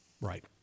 Right